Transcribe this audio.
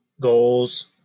goals